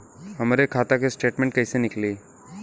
हमरे खाता के स्टेटमेंट कइसे निकली?